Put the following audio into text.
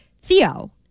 Theo